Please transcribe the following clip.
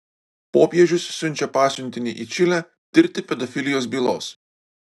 popiežius siunčia pasiuntinį į čilę tirti pedofilijos bylos